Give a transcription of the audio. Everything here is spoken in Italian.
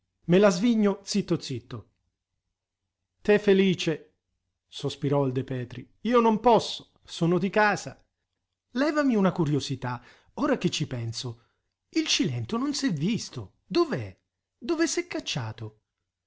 me la svigno zitto zitto te felice sospirò il de petri io non posso sono di casa levami una curiosità ora che ci penso il cilento non s'è visto dov'è dove s'è cacciato